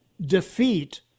defeat